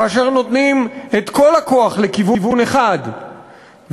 כאשר נותנים את כל הכוח לכיוון אחד ולא